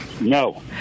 No